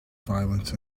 violence